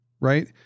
right